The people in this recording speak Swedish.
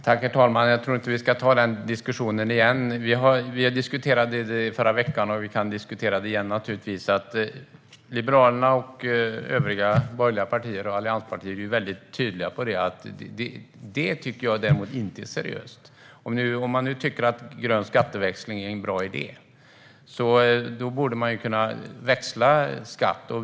Herr talman! Jag tror inte att vi ska ta den diskussionen igen. Vi diskuterade detta i förra veckan, och vi kan naturligtvis diskutera det senare igen. Liberalerna och övriga allianspartier är tydliga med detta. Det här tycker jag däremot inte är seriöst. Om man nu tycker att grön skatteväxling är en bra idé borde man kunna växla skatt.